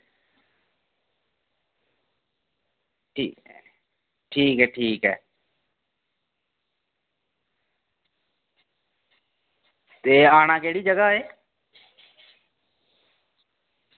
ठीक ठीक ऐ ठीक ऐ ते आना केह्ड़ी जगह ऐ